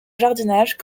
jardinage